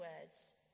words